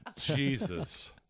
Jesus